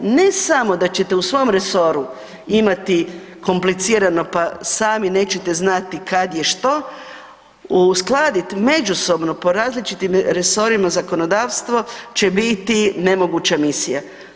Ne samo da ćete u svom resoru imati komplicirano pa sami nećete znati kad je što uskladit međusobno po različitim resorima zakonodavstvo će biti nemoguća misija.